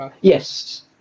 Yes